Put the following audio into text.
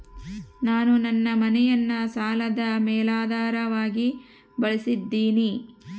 ನಾನು ನನ್ನ ಮನೆಯನ್ನ ಸಾಲದ ಮೇಲಾಧಾರವಾಗಿ ಬಳಸಿದ್ದಿನಿ